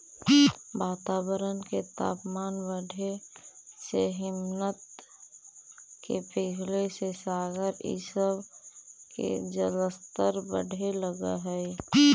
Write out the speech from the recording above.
वातावरण के तापमान बढ़े से हिमनद के पिघले से सागर इ सब के जलस्तर बढ़े लगऽ हई